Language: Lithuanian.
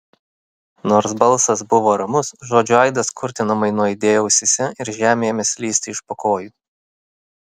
nors balsas buvo ramus žodžių aidas kurtinamai nuaidėjo ausyse ir žemė ėmė slysti iš po kojų